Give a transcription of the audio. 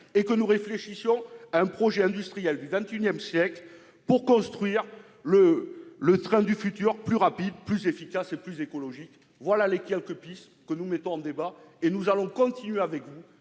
et de réfléchir à un projet industriel du XXI siècle en vue de construire le train du futur, un train plus rapide, plus efficace, plus écologique. Voilà les quelques pistes que nous soumettons au débat : nous allons continuer, avec vous,